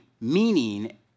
meaning